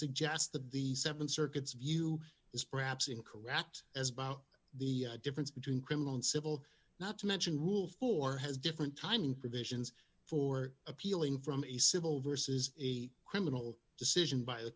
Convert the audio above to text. suggest that the seven circuits view is perhaps incorrect as about the difference between criminal and civil not to mention rule for has different timing provisions for appealing from a civil versus a criminal decision by the